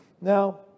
Now